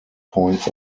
points